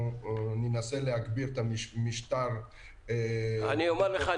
אנחנו ננסה להגביר את המשטר --- אני אומר לך,